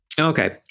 okay